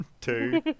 Two